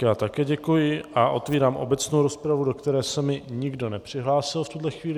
Já také děkuji a otevírám obecnou rozpravu, do které se mi nikdo nepřihlásil v tuhle chvíli.